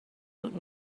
out